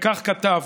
וכך כתב: